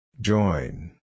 Join